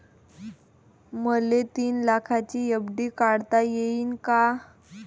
मले तीन लाखाची एफ.डी काढता येईन का?